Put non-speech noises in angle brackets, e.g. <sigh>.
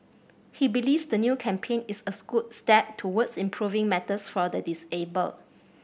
he believes the new campaign is a <unintelligible> good step towards improving matters for the disabled